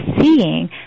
seeing